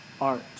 art